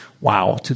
wow